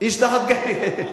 איש תחת גפני.